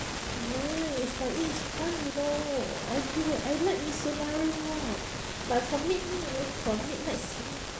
nice but it is fun you know I I like mitsunari more but for midnight ah for midnight cin~